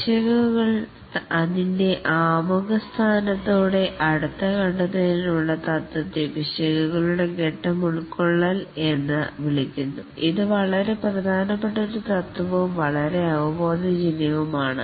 പിശകുകൾ അതിൻറെ ആമുഖ സ്ഥാനത്തോടെ അടുത്ത കണ്ടെത്തുന്നതിനുള്ള തത്വത്തെ ഫേസ് കോൺടൈൻമെൻറ് ഓഫ് ഇർറോർസ് എന്ന് വിളിക്കുന്നു ഇത് വളരെ പ്രധാനപ്പെട്ട ഒരു തത്വവും വളരെ അവബോധജന്യവുമാണ്